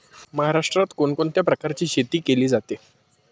महाराष्ट्रात कोण कोणत्या प्रकारची शेती केली जाते?